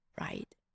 right